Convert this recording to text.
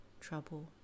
trouble